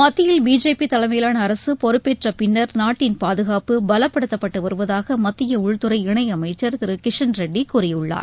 மத்தியில் பிஜேபி தலைமையிலாள அரசு பொறுப்பேற்ற பின்னா் நாட்டின் பாதகாப்பு பலப்படுத்தப்பட்டு வருவதாக மத்திய உள்துறை இணை அமைச்ச் திரு கிஷன்ரெட்டி கூறியுள்ளார்